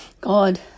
God